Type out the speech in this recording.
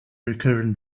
recurrent